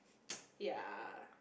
ya